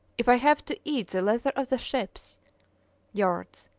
if i have to eat the leather of the ships' yards,